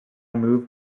moved